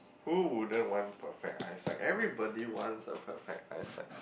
who wouldn't want perfect eyesight everybody wants a perfect eyesight